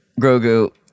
Grogu